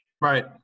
Right